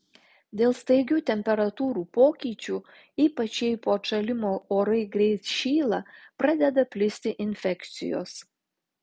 dėl staigių temperatūrų pokyčių ypač jei po atšalimo orai greit šyla pradeda plisti infekcijos